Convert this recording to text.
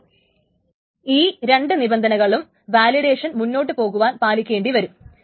അപ്പോൾ ഈ രണ്ടു നിബന്ധനകളും വാലിഡേഷൻ മുന്നോട്ടു പോകുവാൻ പാലിക്കേണ്ടിവരും